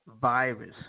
virus